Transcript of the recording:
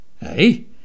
Hey